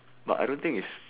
but I don't think it's